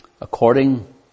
According